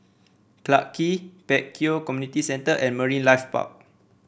Clarke Quay Pek Kio Community Centre and Marine Life Park